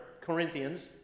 Corinthians